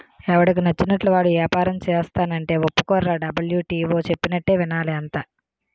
ఎవడికి నచ్చినట్లు వాడు ఏపారం సేస్తానంటే ఒప్పుకోర్రా డబ్ల్యు.టి.ఓ చెప్పినట్టే వినాలి అంతా